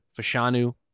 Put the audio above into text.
Fashanu